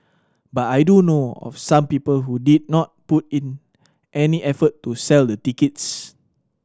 but I do know of some people who did not put in any effort to sell the tickets